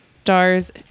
stars